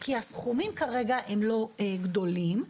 כי הסכומים כרגע הם לא גדולים,